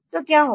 तो क्या होगा